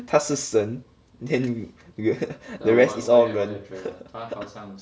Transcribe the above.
他是神 then the rest is all 人